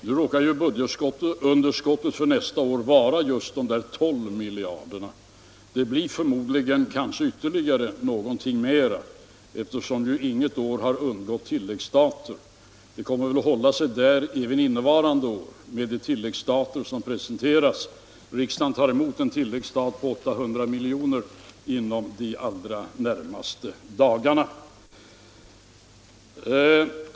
Herr talman! Nu råkar budgetunderskottet för nästa år vara just de där 12 miljarderna; det blir förmodligen ytterligare något högre, eftersom inget år har undgått tilläggsstater. Underskottet kommer väl att hålla sig där även innevarande år med de tilläggsstater som presenteras. Riksdagen tar emot en tilläggsstat på 800 miljoner inom de allra närmaste dagarna.